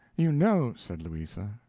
you know, said louisa,